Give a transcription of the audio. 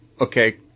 Okay